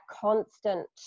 constant